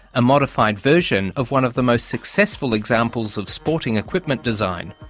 a modified version of one of the most successful examples of sporting equipment design.